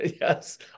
Yes